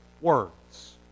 words